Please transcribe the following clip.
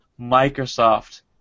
Microsoft